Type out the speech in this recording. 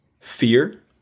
Fear